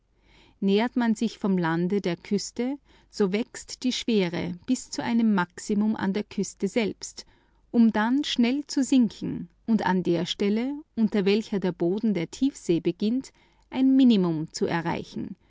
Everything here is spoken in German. nähert man sich vom lande der küste so wächst die schwere bis zu einem maximum an der küste selbst um dann schnell zu sinken und an der stelle unter welcher der boden der tiefsee beginnt ein minimum zu erreichen